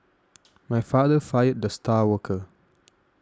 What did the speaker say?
my father fired the star worker